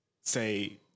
say